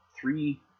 three